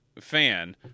fan